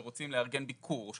שרוצים לארגן ביקור,